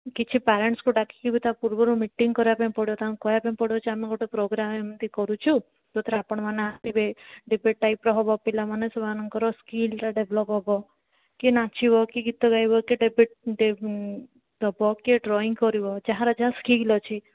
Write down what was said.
କିଛି ପ୍ୟାରେଣ୍ଟସ୍କୁ ଡାକିକି ବି ତା'ପୂର୍ବରୁ ମିଟିଂ କରିବା ପାଇଁ ପଡ଼ିବ ତାଙ୍କୁ କହିବା ପାଇଁ ପଡ଼ିବ ଯେ ଆମେ ଗୋଟେ ପ୍ରୋଗ୍ରାମ୍ ଏମିତି କରୁଛୁ ଯେଉଁଥିରେ ଆପଣମାନେ ଆସିବେ ଡିବେଟ୍ ଟାଇପ୍ର ହବ ପିଲାମାନେ ସେମାନଙ୍କର ସ୍କିଲ୍ଟା ଡେଭଲପ୍ ହବ କିଏ ନାଚିବା କିଏ ଗୀତ ଗାଇବ କିଏ ଡିବେଟ୍ ଦବ କିଏ ଡ୍ରଇଂ କରିବ ଯାହାର ଯାହା ସ୍କିଲ୍ ଅଛି